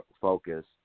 focus